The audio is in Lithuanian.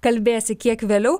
kalbėsi kiek vėliau